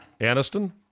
Aniston